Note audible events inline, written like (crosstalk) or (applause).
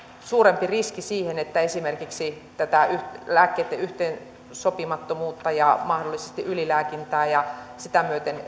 suurempi riski siihen että esimerkiksi lääkkeitten yhteensopimattomuutta ja mahdollisesti ylilääkintää ja sitä myöten (unintelligible)